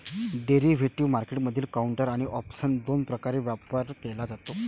derivative मार्केटमधील counter आणि option दोन प्रकारे व्यापार केला जातो